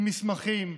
עם מסמכים,